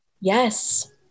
Yes